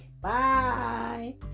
Bye